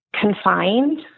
confined